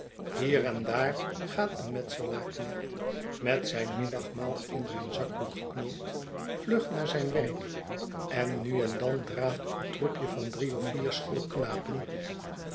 hier en daar gaat een metselaarsknecht met zijn middagmaal in zijn zakdoekgeknoopt vlug naar zijn werk en nu en dan draaft een troepje van drie of vier